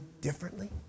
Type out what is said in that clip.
differently